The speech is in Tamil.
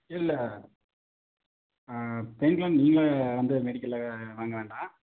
இல்லை பெயின்கில்லர் நீங்களாக வந்து மெடிக்கலில் வாங்க வேண்டாம்